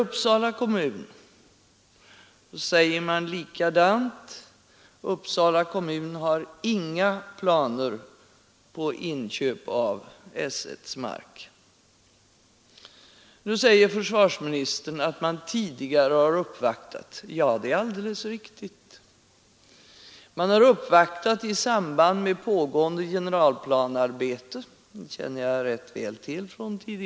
Uppsala kommun säger likadant, man har inga planer på inköp av S 1:s mark. Nu säger försvarsministern att Uppsala kommun tidigare har uppvaktat regeringen. Ja, det är alldeles riktigt, man har gjort en uppvaktning i samband med pågående generalplanearbete. Det känner jag väl till från tidigare år.